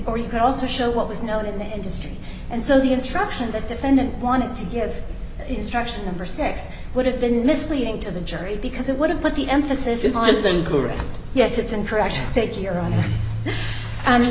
or you could also show what was known in the industry and so the instruction that defendant wanted to give instruction number six would have been misleading to the jury because it would have put the emphasis is on is incorrect yes it's